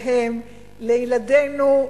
להורינו, לילדינו,